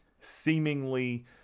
seemingly